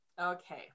Okay